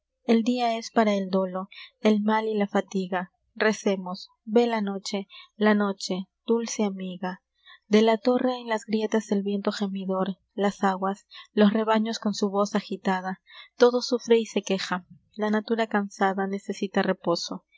el dia es para el dolo el mal y la fatiga recemos vé la noche la noche dulce amiga de la torre en las grietas el viento gemidor las aguas los rebaños con su voz agitada todo sufre y se queja la natura cansada necesita reposo